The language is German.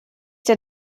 der